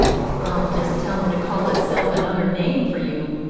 i'll jest tell him to call hisself another name for you.